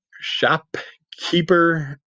Shopkeeper